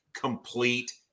complete